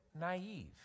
naive